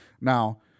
Now